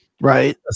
right